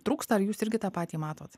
trūksta ar jūs irgi tą patį matot